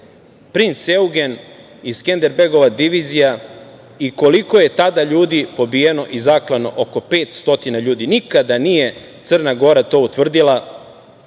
princ Eugen i Skenderbegova divizija i koliko je tada ljudi pobijeno i zaklano – oko 500. Nikada nije Crna Gora to utvrdila